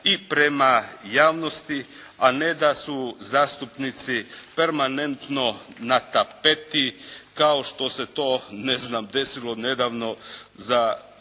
i prema javnosti a ne da su zastupnici permanentno na tapeti kao što se to desilo nedavno za